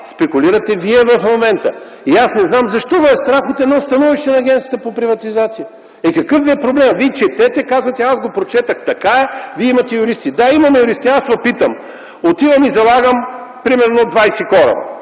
спекулирате в момента. И аз не знам защо ви е страх от едно становище на Агенцията за приватизация? Какъв ви е проблемът? Вие четете – казвате „аз го прочетох, така е, вие имате юристи”. Да, имаме юристи. Аз ви питам. Отивам и залагам примерно 20 кораба.